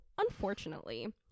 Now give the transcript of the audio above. unfortunately